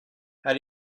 how